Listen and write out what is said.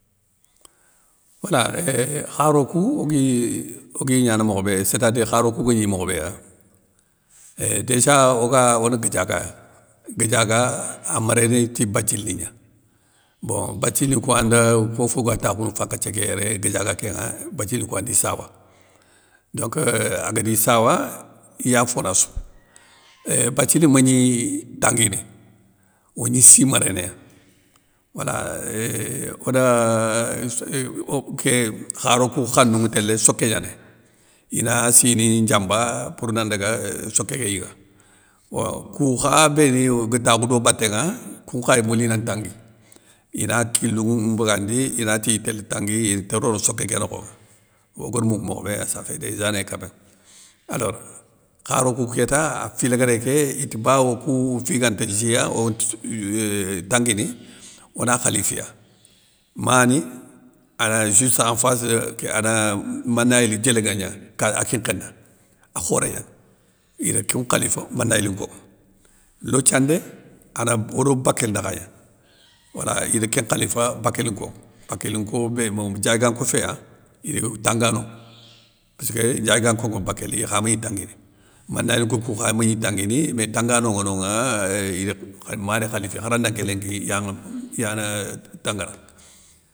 Wala éeeuuhh kharou kou ogni gnana mokho bé sé ta dire kharou kou guégni mokho béya, euuh déja oga one gajaga ya, gajaga a méré né ti bathily ni gna bon bathily ni kouwanda fofo ga takhounou fan nkathié ké yéré, gajaga kénŋa bathily ni kouwa ndi sawa, donc agadi sawa iya fonassou. Euuuhh bathily magni tanguini, ogni si méréné ya wala euuhh oda ké kharo kou khalounŋa télé soké gnanéy, ina sini ndiamba pour nan daga soké ké yiga. Bon kou kha béni ga takhou do baténŋa, koun nkhay mouli ina ntangui, ina kilou mbagandi ina tiy télé tangui inta rono soké ké nokhonŋa, ogar mogou mokhobé sa fé des années kan même alors, kharou kou kéta, a filéguéré ké bawo o kou fi ganta djiya onte sou eeuuh tanguini, ona khali fiya, mani ana juste en face de, ké ana manyéli diélŋa gna, a kin nkhéna, a khoré gnani idi koun nkhalifa manayélinkonŋa, lothiandé, ana odo bakél nakha gna, wala ida kén nkhalifa bakélinkonŋa, bakélinko, bé mome ndiayganko fé an, yo tangano pésskeu ndiayganko ŋa bakéli, ikha mégni tanguini, manayélinko kou kha mégni tanguini mé tangano ŋa nonŋa, euuuhh id mani khalifiya kharandanké lénki iyan iyana tangana.